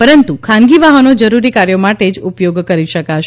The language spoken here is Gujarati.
પરંતુ ખાનગી વાહનો જરૂરી કાર્યો માટે જ ઉપયોગ કરી શકાશે